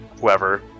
whoever